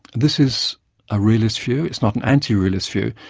this is a realist view, it's not an anti-realist view.